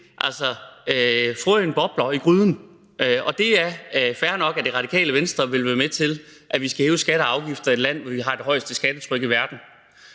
igen: Frøen bobler i gryden. Og det er fair nok, at Det Radikale Venstre vil være med til, at vi skal hæve skatter og afgifter i et land, hvor vi har det højeste skattetryk i verden,